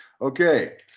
Okay